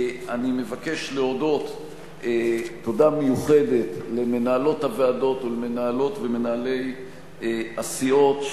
אני מבקש להודות תודה מיוחדת למנהלות הוועדות ולמנהלות ומנהלי הסיעות,